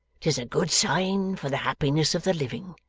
tis a good sign for the happiness of the living.